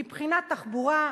מבחינת תחבורה,